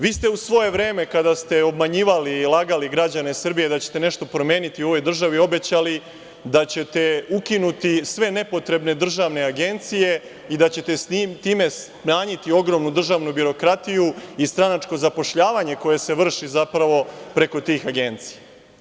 Vi ste u svoje vreme, kada ste obmanjivali i lagali građane Srbije da ćete nešto promeniti u ovoj državi, obećali da ćete ukinuti sve nepotrebne državne agencije i da ćete time smanjiti ogromnu državnu birokratiju i stranačko zapošljavanje koje se vrši zapravo preko tih agencija.